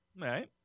Right